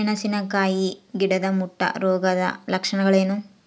ಮೆಣಸಿನಕಾಯಿ ಗಿಡದ ಮುಟ್ಟು ರೋಗದ ಲಕ್ಷಣಗಳೇನು?